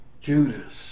Judas